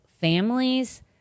families